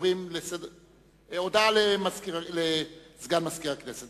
הודעה לסגן מזכיר הכנסת.